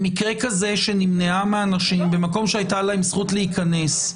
במקרה כזה שנמנעה מאנשים במקום שהיתה להם זכות להיכנס,